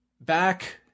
back